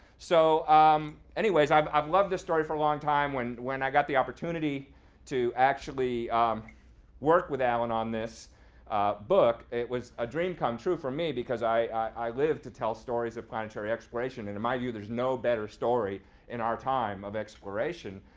so um i've i've loved this story for a long time. when when i got the opportunity to actually work with alan on this book, it was a dream come true for me because i i live to tell stories of planetary exploration. and in my view there's no better story in our time of exploration.